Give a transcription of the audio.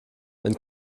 wenn